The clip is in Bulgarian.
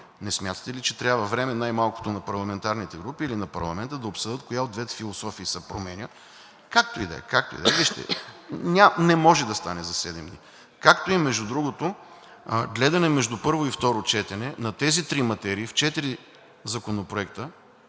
Не смятате ли, че трябва време най-малкото на парламентарните групи, или на парламента да обсъдят коя от двете философии се променя? Както и да е, както и да е. Вижте, не може да стане за седем дни, както и между другото, гледане между първо и второ четене на тези три материи в четири законопроекта,